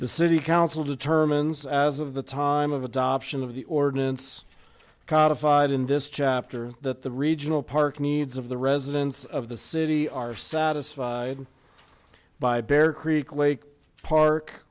the city council determines as of the time of adoption of the ordinance codified in this chapter that the regional park needs of the residents of the city are satisfied by bear creek